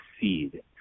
seed